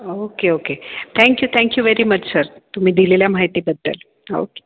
okay okay thank you thank you very much sir तुम्ही दिलेल्या माहितीबद्दल ओके